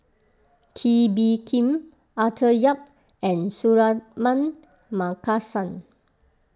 Kee Bee Khim Arthur Yap and Suratman Markasan